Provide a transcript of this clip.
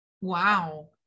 Wow